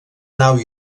nau